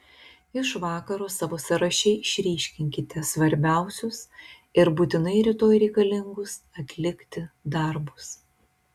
iš vakaro savo sąraše išryškinkite svarbiausius ir būtinai rytoj reikalingus atlikti darbus